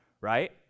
right